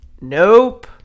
Nope